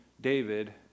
David